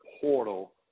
portal